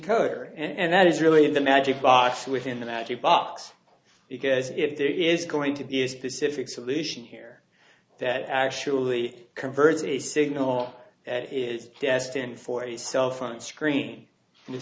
encoder and that is really the magic box within the magic box because if there is going to be a specific solution here that actually converts the signal it is destined for a cell phone screen